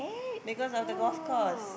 because of the golf course